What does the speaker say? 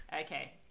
Okay